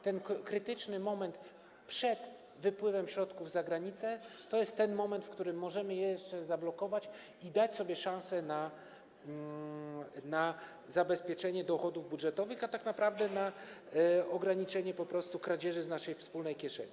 Ten krytyczny moment przed wypływem środków za granicę to jest ten moment, w którym możemy je jeszcze zablokować i dać sobie szansę na zabezpieczenie dochodów budżetowych, a tak naprawdę - po prostu na ograniczenie kradzieży z naszej wspólnej kieszeni.